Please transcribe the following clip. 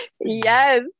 yes